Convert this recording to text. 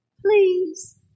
please